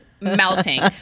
melting